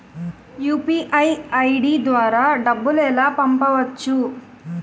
UPI ID ద్వారా డబ్బులు ఎలా పంపవచ్చు?